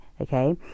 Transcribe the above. okay